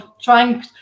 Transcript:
trying